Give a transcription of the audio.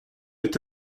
est